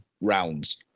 rounds